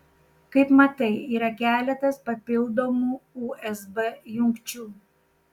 kaip matai yra keletas papildomų usb jungčių